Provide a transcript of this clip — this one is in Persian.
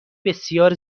بسیار